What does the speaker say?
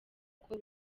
uko